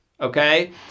okay